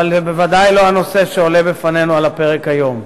אבל זה בוודאי לא הנושא שעולה בפנינו על הפרק היום.